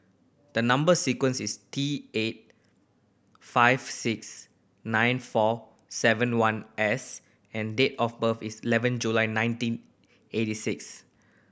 the number sequence is T eight five six nine four seven one S and date of birth is eleven July nineteen eighty six